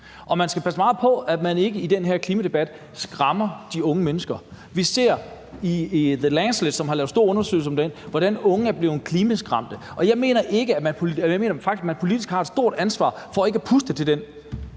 og man skal passe meget på, at man ikke i den her klimadebat skræmmer de unge mennesker. Vi ser i The Lancet, som har lavet en stor undersøgelse om det, at unge er blevet klimaskræmte, og jeg mener faktisk, at man politisk har et stort ansvar for ikke at puste til det.